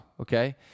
Okay